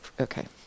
okay